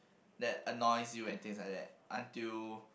that annoys you and things like that until